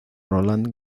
roland